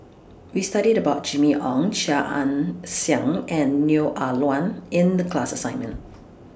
We studied about Jimmy Ong Chia Ann Siang and Neo Ah Luan in The class assignment